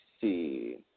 see